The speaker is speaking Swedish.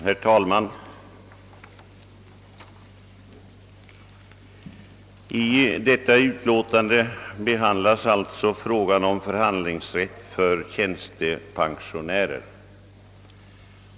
Herr talman! I detta utskottsutlåtande behandlas frågan om förhandlingsrätt för tjänstepensionärer.